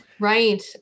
Right